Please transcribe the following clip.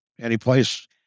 anyplace